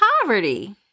poverty